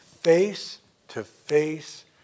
face-to-face